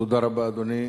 תודה רבה, אדוני.